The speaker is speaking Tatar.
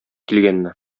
килгәнне